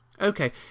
Okay